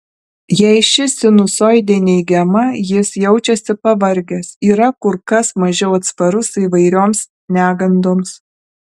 jei ši sinusoidė neigiama jis jaučiasi pavargęs yra kur kas mažiau atsparus įvairioms negandoms